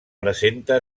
presenta